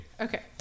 Okay